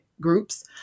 groups